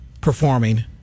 performing